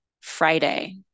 friday